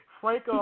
Frank